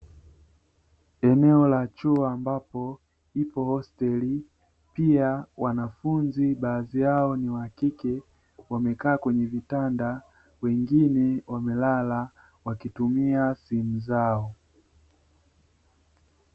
Eneo la chuo ambapo ipo hosteli, pia wanafunzi baadhi yao ni wakike wamekaaa kwenye vitanda wengine wamelala wakitumia simu zao .